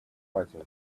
fighting